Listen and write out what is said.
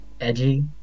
edgy